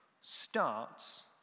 starts